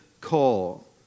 call